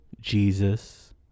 Jesus